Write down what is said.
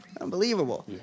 Unbelievable